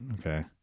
Okay